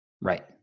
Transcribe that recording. right